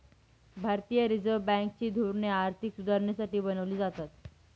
भारतीय Reserve Bank ची धोरणे आर्थिक सुधारणेसाठी बनवली जातात